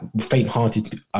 faint-hearted